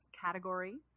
category